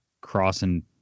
crossing